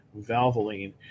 Valvoline